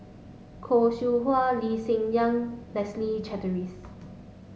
Khoo Seow Hwa Lee Hsien Yang Leslie Charteris